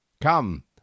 Come